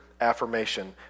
affirmation